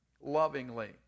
lovingly